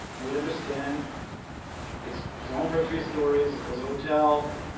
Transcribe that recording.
we understand it's zoned for three stories. it was a hotel,